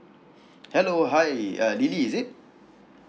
hello hi uh lily is it